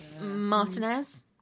Martinez